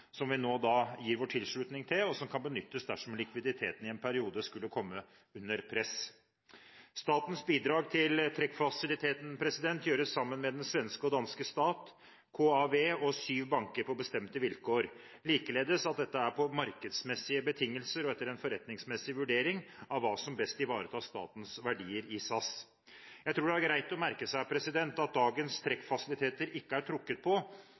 som vi nå gir vår tilslutning til, og som kan benyttes dersom likviditeten i en periode skulle komme under press. Statens bidrag til trekkfasiliteten gjøres sammen med den svenske og danske stat, KAW og syv banker på bestemte vilkår. Likeledes er dette på markedsmessige betingelser og etter en forretningsmessig vurdering av hva som best ivaretar statens verdier i SAS. Jeg tror det kan være greit å merke seg at dagens trekkfasiliteter ikke er trukket på,